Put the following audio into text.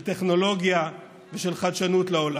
של טכנולוגיה ושל חדשנות לעולם.